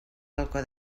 balcó